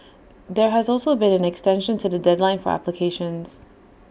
there has also been an extension to the deadline for applications